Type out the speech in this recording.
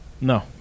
No